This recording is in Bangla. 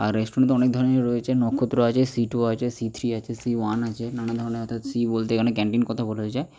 আর রেস্টুরেন্ট তো অনেক ধরনেরই রয়েছে নক্ষত্র আছে সি টু আছে সি থ্রি আছে সি ওয়ান আছে নানা ধরনের অর্থাৎ সি বলতে এখানে ক্যান্টিন কথা বলা হয়েছে